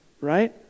right